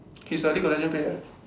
he's a league of legend player